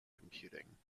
computing